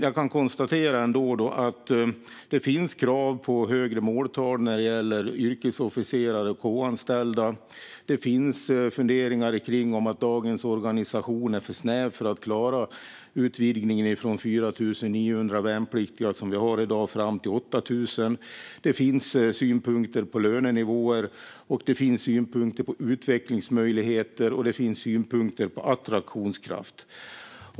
Jag konstaterar dock att det finns krav på högre måltal när det gäller yrkesofficerare och K-anställda. Det finns funderingar om att dagens organisation är för snäv för att klara utvidgningen från dagens 4 900 värnpliktiga till 8 000. Det finns synpunkter på lönenivåer, utvecklingsmöjligheter och attraktionskraft.